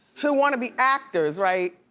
who wanted to be actors, right?